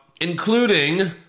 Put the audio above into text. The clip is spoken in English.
including